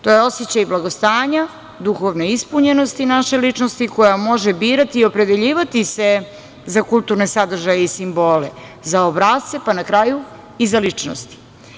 To je osećaj blagostanja, duhovne ispunjenosti naše ličnosti koja može birati i opredeljivati se za kulturne sadržaje i simbole, za obrasce, pa na kraju i za ličnosti.